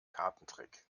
kartentrick